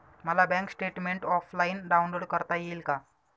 मला bank statement offline download करता येईल का?